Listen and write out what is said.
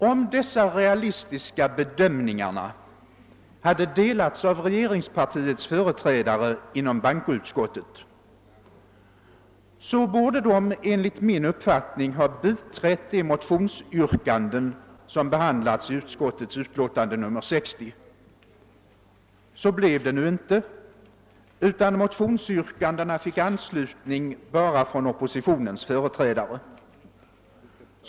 Om dessa realistiska bedömningar hade delats av regeringspartiets företrädare inom bankoutskottet, borde dessa enligt min uppfattning ha biträtt de motionsyrkanden, som behandlats i utskottets utlåtande nr 60. Så blev det nu inte, utan motionsyrkandena fick anslutning enbart från oppositionens företrädare.